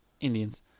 Indians